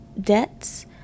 debts